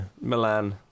Milan